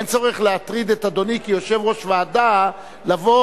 אין צורך להטריד את אדוני כיושב-ראש ועדה לבוא